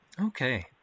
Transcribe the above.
Okay